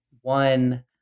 one